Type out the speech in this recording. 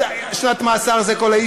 ועוטף-עזה.